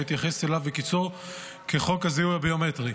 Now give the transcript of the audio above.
שאתייחס אליו בקיצור כחוק הזיהוי הביומטרי: